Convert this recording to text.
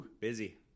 busy